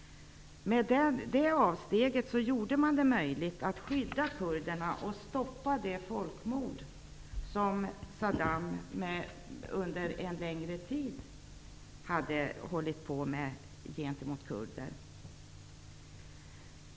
Med det avsteget gjorde man det möjligt att skydda kurderna och stoppa det folkmord som Saddam under en längre tid hade hållit på med gentemot kurder.